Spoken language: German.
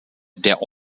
der